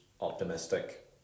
optimistic